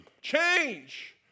change